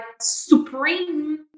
supreme